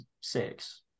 six